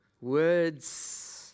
Words